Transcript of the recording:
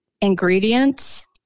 ingredients